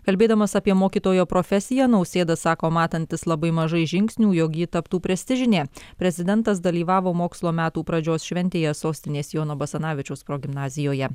kalbėdamas apie mokytojo profesiją nausėda sako matantis labai mažai žingsnių jog ji taptų prestižinė prezidentas dalyvavo mokslo metų pradžios šventėje sostinės jono basanavičiaus progimnazijoje